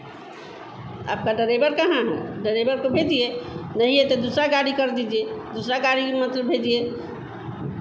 आपका डरेवर कहाँ है डरेवर को भेजिए नहीं है तो दूसरा गाड़ी कर दीजिए दूसरा गाड़ी मतलब भेजिए